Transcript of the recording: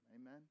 Amen